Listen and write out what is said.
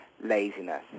laziness